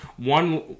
one